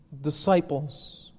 disciples